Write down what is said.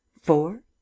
Four